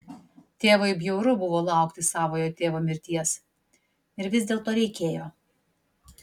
tėvui bjauru buvo laukti savojo tėvo mirties ir vis dėlto reikėjo